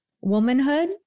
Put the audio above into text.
womanhood